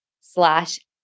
slash